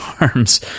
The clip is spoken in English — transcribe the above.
arms